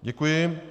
Děkuji.